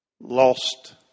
Lost